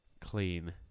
clean